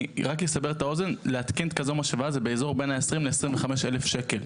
אני רק אסבר את האוזן: להתקין משאבה כזו זה באזור 20-25 אלף שקל,